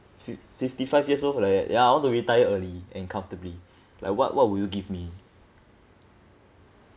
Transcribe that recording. fif~ fifty five years old like that ya I want to retire early and comfortably like what what will you give me